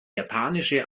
japanische